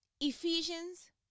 Ephesians